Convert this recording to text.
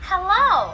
Hello